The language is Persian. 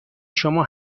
شما